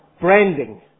branding